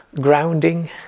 grounding